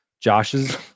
Josh's